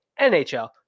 NHL